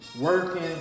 working